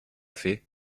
fait